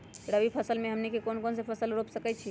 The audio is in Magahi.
रबी फसल में हमनी के कौन कौन से फसल रूप सकैछि?